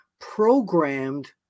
programmed